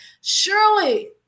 Surely